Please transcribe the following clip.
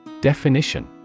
Definition